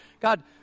God